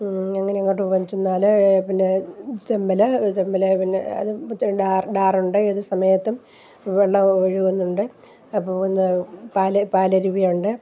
അങ്ങനെ അങ്ങോട്ട് വലിച്ചെന്നാൽ പിന്നെ തെന്മല തെന്മല പിന്നെ അത് ഡാർ ഡാറുണ്ട് ഏത് സമയത്തും വെള്ളം ഒഴുകുന്നുണ്ട് അപ്പം വന്ന് പാല് പാലരുവി ഉണ്ട്